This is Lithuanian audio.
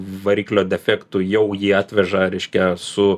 variklio defektu jau jį atveža reiškia su